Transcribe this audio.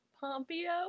Pompeo